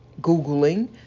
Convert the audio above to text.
Googling